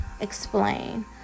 explain